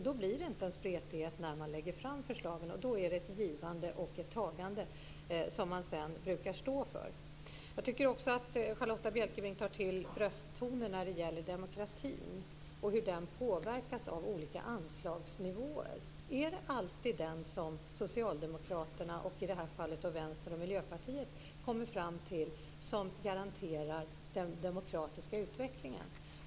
Då blir det inte en spretighet när man lägger fram förslagen. Då är det ett givande och ett tagande som man sedan brukar stå för. Jag tycker också att Charlotta Bjälkebring tar till brösttoner när det gäller demokratin och hur den påverkas av olika anslagsnivåer. Är det alltid det som Socialdemokraterna och, i det här fallet, Vänstern och Miljöpartiet kommer fram till som garanterar den demokratiska utvecklingen?